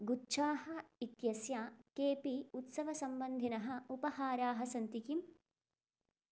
गुच्छाः इत्यस्य के अपि उत्सवसम्बन्धिनः उपहाराः सन्ति किम्